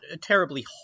terribly